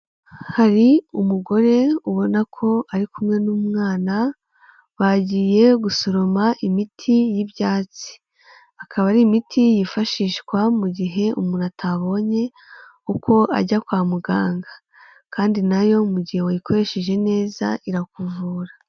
Hari umugore ubona ko ari kumwe n'umwana bagiye gusoroma imiti y'ibyatsi, akaba ari imiti yifashishwa mu gihe umuntu atabonye uko ajya kwa muganga kandi nayo mu gihe wayikoresheje neza irakuvura.